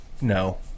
No